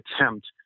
attempt